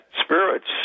spirits